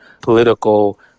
political